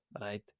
right